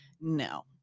No